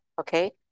Okay